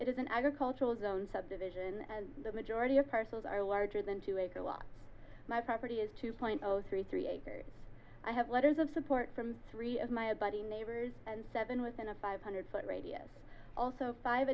is an agricultural zone subdivision and the majority of parcels are larger than two acre lot my property is two point zero three three acres i have letters of support from three of my body neighbors and seven within a five hundred foot radius also five